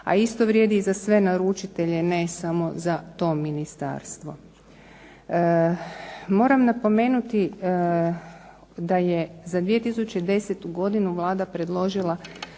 A isto vrijedi za sve naručitelje, ne samo za to ministarstvo. Moram napomenuti da je za 2010. godinu Vlada predložila